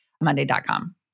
monday.com